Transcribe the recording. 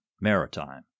maritime